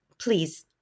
please